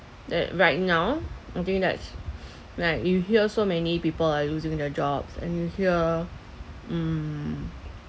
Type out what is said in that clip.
at right now I think that's like you hear so many people are losing their jobs and you hear mm